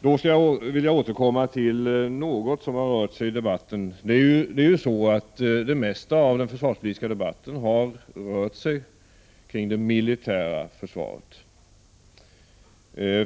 Det mesta som sagts i den försvarspolitiska debatten har rört sig om det militära försvaret.